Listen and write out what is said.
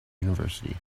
university